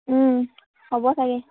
হ'ব চাগে